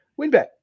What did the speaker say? WinBet